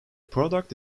product